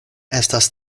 estas